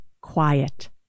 quiet